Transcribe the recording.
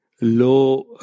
low